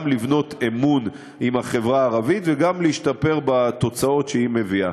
גם לבנות אמון עם החברה הערבית וגם להשתפר בתוצאות שהיא מביאה.